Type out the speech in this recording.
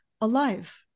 alive